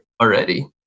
already